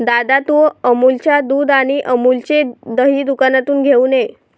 दादा, तू अमूलच्या दुध आणि अमूलचे दही दुकानातून घेऊन ये